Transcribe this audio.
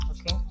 okay